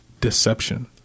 deception